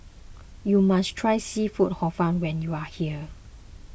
you must try Seafood Hor Fun when you are here